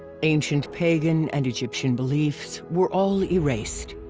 ancient pagan and egyptian beliefs were all erased.